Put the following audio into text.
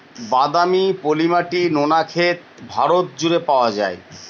বাদামি, পলি মাটি, নোনা ক্ষেত ভারত জুড়ে পাওয়া যায়